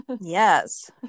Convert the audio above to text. Yes